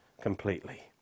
completely